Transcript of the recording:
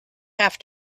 have